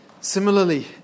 Similarly